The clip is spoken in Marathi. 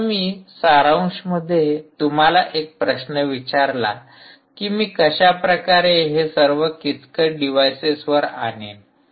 आता मी सारांश मध्ये तुम्हाला एक प्रश्न विचारला की मी कशा प्रकारे हे सर्व किचकट डिव्हाइसेसवर आनेन